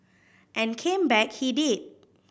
and came back he did